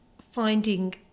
finding